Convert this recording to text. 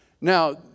Now